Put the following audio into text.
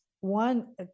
One